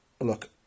look